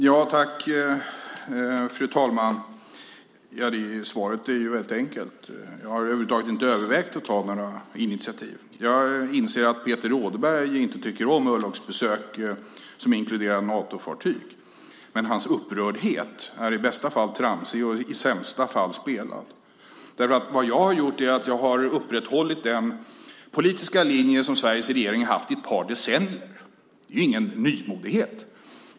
Fru talman! Svaret är väldigt enkelt. Jag har över huvud taget inte övervägt att ta några initiativ. Jag inser att Peter Rådberg inte tycker om örlogsbesök som inkluderar Natofartyg. Men hans upprördhet är i bästa fall tramsig och i sämsta fall spelad. Vag jag har gjort är att jag har upprätthållit den politiska linje som Sveriges regering haft i ett par decennier. Det är ingen nymodighet.